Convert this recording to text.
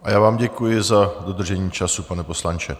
A já vám děkuji za dodržení času, pane poslanče.